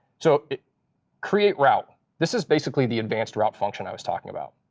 so create route this is basically the advanced route function i was talking about.